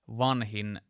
vanhin